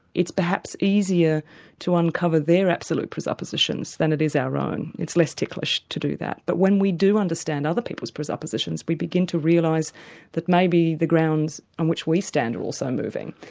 it's perhaps easier to uncover their absolute presuppositions than it is our own, it's less ticklish to do that. but when we do understand other people's presuppositions, we begin to realise that maybe the grounds on which we stand are also moving,